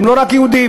הם לא רק יהודים.